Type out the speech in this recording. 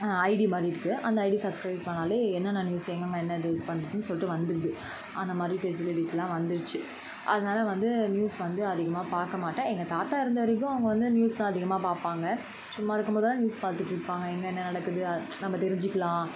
ID மாதிரி இருக்குது அந்த ஐடி சப்ஸ்க்ரைப் பண்ணாலே என்னென்ன நியூஸ் எங்கெங்க என்னது பண்ணுறாங்க சொல்லிட்டு வந்துடுது அந்தமாதிரி ஃபெஸிலிட்டிஸ்லாம் வந்துடுச்சு அதனால் வந்து நியூஸ் வந்து அதிகமாக பார்க்கமாட்டேன் எங்கள் தாத்தா இருந்த வரைக்கும் அவங்க வந்து நியூஸ் தான் அதிகமாக பார்ப்பாங்க சும்மா இருக்கும் போதெல்லாம் நியூஸ் பார்த்துட்டு இருப்பாங்கள் என்னென்ன நடக்குது அ நம்ம தெரிஞ்சிக்கலாம்